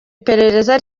iperereza